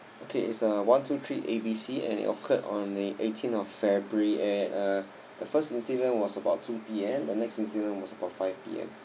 okay it's uh one two three A B C and it occurred on the eighteen of february at uh the first incident was about two P_M the next incident was about five P_M